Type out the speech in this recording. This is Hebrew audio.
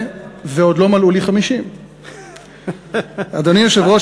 ועוד לא מלאו לי 50. אדוני היושב-ראש,